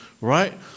right